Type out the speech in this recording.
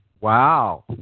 Wow